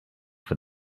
for